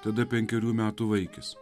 tada penkerių metų vaikis